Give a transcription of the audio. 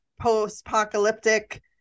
post-apocalyptic